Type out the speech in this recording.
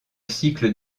cycle